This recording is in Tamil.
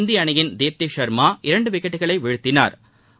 இந்தியா அணியின் தீப்தி ஷா்மா இரண்டு விக்கெட்டுகளை வீழ்த்தினாா்